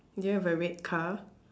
do you have a red car